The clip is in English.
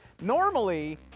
Normally